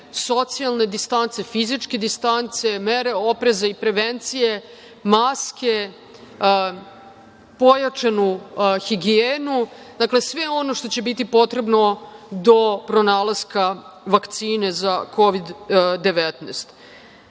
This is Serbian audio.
socijalne distance, fizičke distance, mere opreza i prevencije, maske, pojačana higijena. Dakle, sve ono što će biti potrebno do pronalaska vakcine za Kovid